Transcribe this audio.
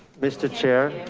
mr chair.